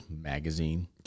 magazine